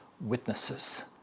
witnesses